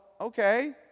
okay